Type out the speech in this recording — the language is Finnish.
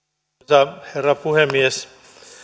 arvoisa herra puhemies